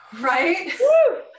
right